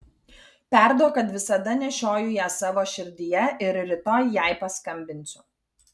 perduok kad visada nešioju ją savo širdyje ir rytoj jai paskambinsiu